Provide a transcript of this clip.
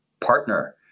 partner